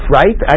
right